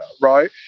Right